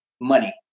money